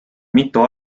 mitu